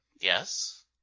Yes